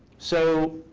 so